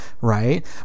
right